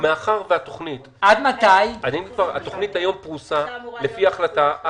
התוכנית היום פרוסה לפי החלטה,